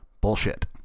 Bullshit